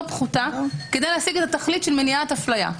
פחותה כדי להשיג את התכלית של מניעת אפליה.